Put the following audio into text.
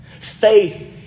Faith